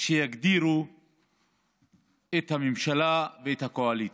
שיגדירו את הממשלה ואת הקואליציה.